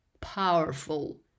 powerful